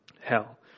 hell